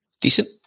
Decent